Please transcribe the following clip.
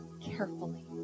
carefully